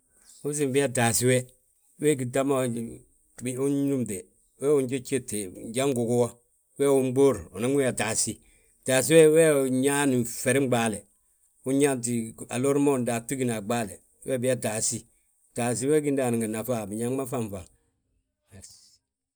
Ndu usiim biyaa taasi we, we gí ta ma unúmte we ujéjeete, njan gugu wo, weewi unɓuur unan wi taasí. Taasí we, weewi nñaani ferin ɓaale, unyaanti aloor ma daatu gina a ɓaale, we biyaa taasí. Taasí we gí ndaani ngi nafa, a biñaŋ ma fafaŋ.